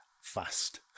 fast